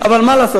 אבל מה לעשות,